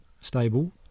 stable